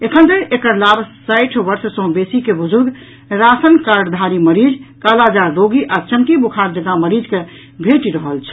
एखन धरि एकर लाभ साठि वर्ष सँ बेसी के बुजुर्ग राधन कार्डधारी मरीज कालाजार रोगी आ चमकी बुखार जकाँ मरीज के भेंटि रहल छल